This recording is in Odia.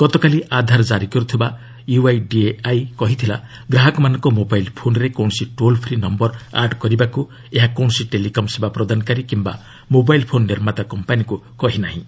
ଗତକାଲି ଆଧାର କାରି କରୁଥିବା ୟୁଆଇଡିଏଆଇ କହିଥିଲା ଗ୍ରାହକମାନଙ୍କ ମୋବାଇଲ୍ ଫୋନ୍ରେ କୌଣସି କୌଣସି ଟୋଲ୍ ଫ୍ରି ନମ୍ଘର ଆଡ଼୍ କରିବାକୁ ଏହା ଟେଲିକମ୍ ସେବା ପ୍ରଦାନକାରୀ କିମ୍ବା ମୋବାଇଲ୍ ଫୋନ୍ ନିର୍ମାତା କମ୍ପାନୀକୁ କହି ନାହିଁ